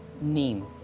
name